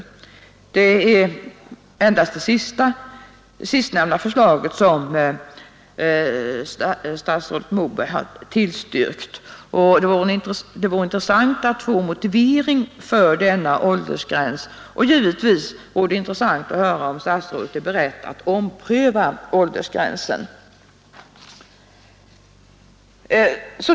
Statsrådet Moberg har endast tillstyrkt det sistnämnda förslaget, och det vore intressant att få en motivering för denna åldersgräns, och givetvis vore det intressant att höra om statsrådet är beredd att ompröva åldersgränsen.